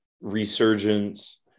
resurgence